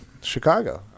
Chicago